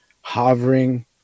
hovering